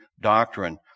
doctrine